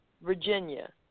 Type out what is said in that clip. Virginia